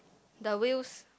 the wheels